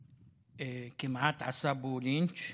שכמעט עשה בו לינץ'.